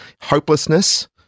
hopelessness